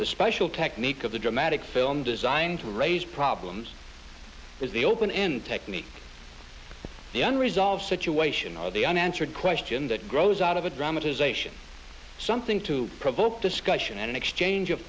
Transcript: the special technique of the dramatic film does signs of raised problems is the open end technique the unresolved situation or the unanswered question that grows out of a dramatization something to provoke discussion and exchange of